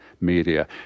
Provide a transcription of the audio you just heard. media